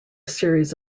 series